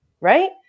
right